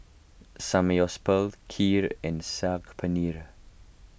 Samgeyopsal Kheer and Saag Paneer